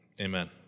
amen